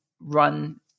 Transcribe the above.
run